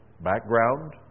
background